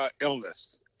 illness